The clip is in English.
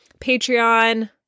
Patreon